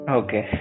okay